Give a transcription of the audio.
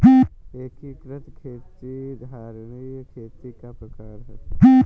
एकीकृत खेती धारणीय खेती का प्रकार है